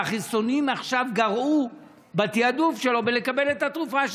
והחיסונים עכשיו גרעו מהתיעדוף שלו לקבל את התרופה.